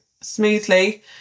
smoothly